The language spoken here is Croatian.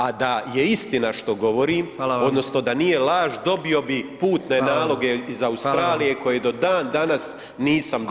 A da je istina što govorim odnosno da nije laž dobio bi putne naloge iz Australije koje do dan danas nisam dobio.